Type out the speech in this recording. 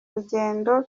rugendo